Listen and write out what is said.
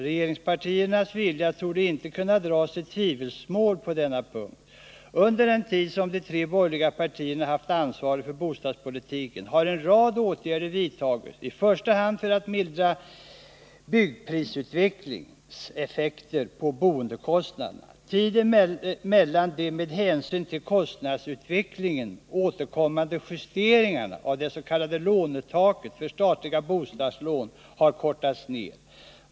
Regeringspartiernas vilja torde inte kunna dras i tvivelsmål på denna punkt. Under den tid som de tre borgerliga partierna har haft ansvaret för bostadspolitiken har en rad åtgärder vidtagits, i första hand för att mildra byggprisutvecklingens effekter på boendekostnaderna. Tiden mellan de med hänsyn till kostnadsutvecklingen återkommande justeringarna av det s.k. lånetaket för statliga bostadslån har kortats ner.